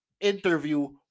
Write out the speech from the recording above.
interview